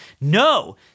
No